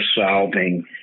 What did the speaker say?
solving